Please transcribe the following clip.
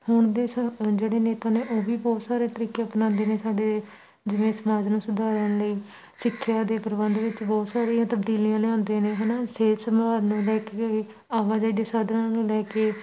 ਹੁਣ ਦੇ ਸ ਜਿਹੜੇ ਨੇਤਾ ਨੇ ਉਹ ਵੀ ਬਹੁਤ ਸਾਰੇ ਤਰੀਕੇ ਅਪਣਾਉਂਦੇ ਨੇ ਸਾਡੇ ਜਿਵੇਂ ਸਮਾਜ ਨੂੰ ਸੁਧਾਰਨ ਲਈ ਸਿੱਖਿਆ ਦੇ ਪ੍ਰਬੰਧ ਵਿੱਚ ਬਹੁਤ ਸਾਰੀਆਂ ਤਬਦੀਲੀਆਂ ਲਿਆਉਂਦੇ ਨੇ ਹੈ ਨਾ ਸਿਹਤ ਸੰਭਾਲ ਨੂੰ ਲੈ ਕੇ ਆਵਾਜਾਈ ਦੇ ਸਾਧਨਾਂ ਨੂੰ ਲੈ ਕੇ